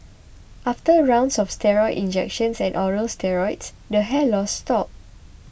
after rounds of steroid injections and oral steroids the hair loss stopped